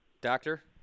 doctor